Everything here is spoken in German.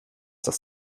das